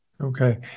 Okay